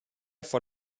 for